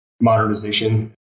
modernization